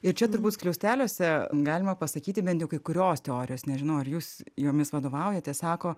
ir čia turbūt skliausteliuose galima pasakyti bent jau kai kurios teorijos nežinau ar jūs jomis vadovaujatės sako